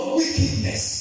wickedness